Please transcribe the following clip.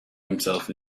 himself